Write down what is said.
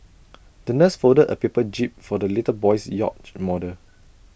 the nurse folded A paper jib for the little boy's yacht model